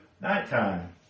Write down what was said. nighttime